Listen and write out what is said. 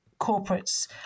corporates